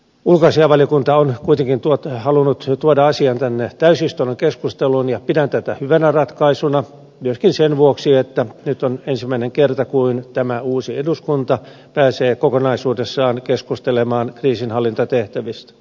ulkoasiainvaliokunta on kuitenkin halunnut tuoda asian tänne täysistunnon keskusteluun ja pidän tätä hyvänä ratkaisuna myöskin sen vuoksi että nyt on ensimmäinen kerta kun tämä uusi eduskunta pääsee kokonaisuudessaan keskustelemaan kriisinhallintatehtävistä